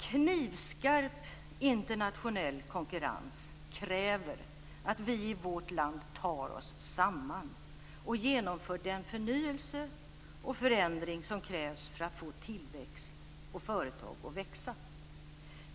Knivskarp internationell konkurrens kräver att vi i vårt land tar oss samman och genomför den förnyelse och förändring som krävs för att få tillväxt och för att få företag att växa.